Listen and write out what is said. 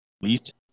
least